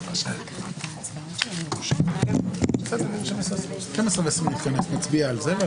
(הישיבה נפסקה בשעה 12:14 ונתחדשה בשעה 12:21.)